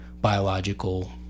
biological